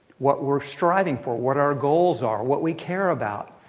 what we're striving for, what our goals are, what we care about.